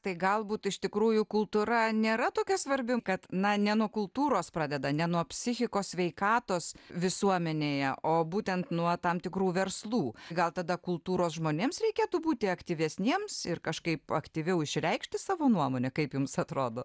tai galbūt iš tikrųjų kultūra nėra tokia svarbi kad na ne nuo kultūros pradeda ne nuo psichikos sveikatos visuomenėje o būtent nuo tam tikrų verslų gal tada kultūros žmonėms reikėtų būti aktyvesniems ir kažkaip aktyviau išreikšti savo nuomonę kaip jums atrodo